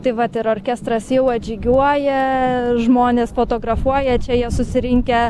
tai vat ir orkestras jau atžygiuoja žmonės fotografuoja čia jie susirinkę